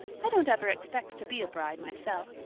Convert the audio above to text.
i don't ever expect to be a bride myself.